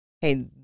hey